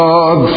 God